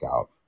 out